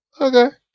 Okay